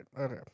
Okay